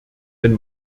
wenn